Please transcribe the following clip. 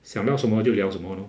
想到什么就聊什么 lor